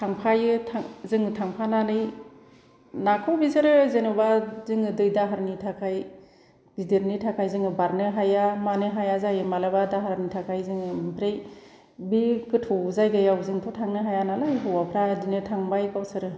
थांफायो जों थांफानानै नाखौ बिसोरो जेनेबा जोङो दै दाहारनि थाखाय गिदिरनि थाखाय जोङो बारनो हाया मानो हाया जायो माब्लाबा दाहारनि थाखाय जोंङो ओमफ्राय बे गोथौ जायगायाव जोंथ' थांनो हाया नालाय हौवाफ्रा बिदिनो थांबाय गावसोरो